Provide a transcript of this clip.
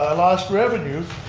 ah lost revenue,